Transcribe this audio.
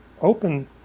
open